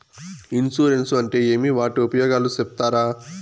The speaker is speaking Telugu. ఇన్సూరెన్సు అంటే ఏమి? వాటి ఉపయోగాలు సెప్తారా?